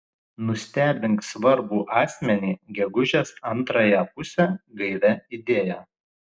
nustebink svarbų asmenį gegužės antrąją pusę gaivia idėja